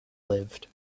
lived